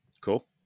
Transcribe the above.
cool